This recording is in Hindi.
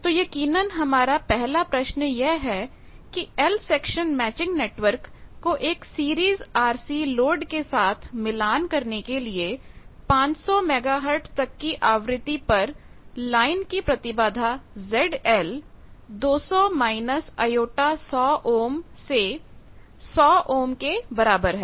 तो यक़ीनन हमारा पहला प्रश्न यह है कि L सेक्शन मैचिंग नेटवर्क को एक सीरीज RC लोड के साथ मिलान करने के लिए 500 मेगा हर्ट्ज़ की आवृत्ति पर लाइन की प्रतिबाधा ZL 200 माइनस j 100 ओम से 100 ओम के बराबर है